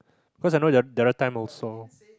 cause I know the the other time also